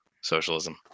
socialism